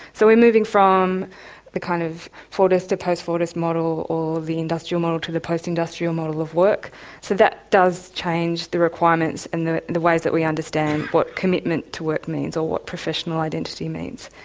so we're moving from the kind of fordist or post-fordist model or the industrial model to the post-industrial model of work. so that does change the requirements and the the ways that we understand what commitment to work means, or what professional identity means.